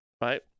right